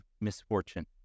misfortune